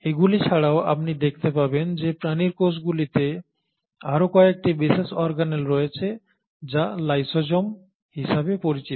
এগুলি ছাড়াও আপনি দেখতে পাবেন যে প্রাণীর কোষগুলিতে আরও কয়েকটি বিশেষ অর্গানেল রয়েছে যা লাইসোজোম হিসাবে পরিচিত